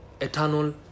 eternal